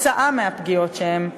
בעקבות הפגיעות שהם נפגעו,